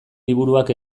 liburuak